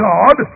God